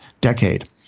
decade